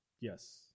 Yes